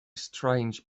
strange